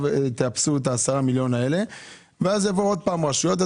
תאפסו את ה-10 מיליון האלה ואז יבואו שוב רשויות.